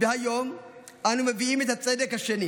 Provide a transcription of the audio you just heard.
והיום אנחנו מביאים את הצדק השני.